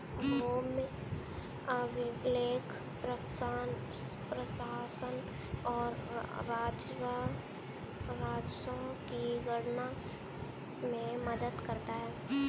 भूमि अभिलेख प्रशासन और राजस्व की गणना में मदद करता है